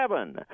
seven